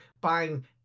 buying